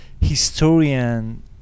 historian